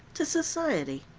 to society.